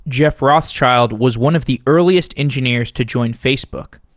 jeff rothschild was one of the earliest engineers to join facebook.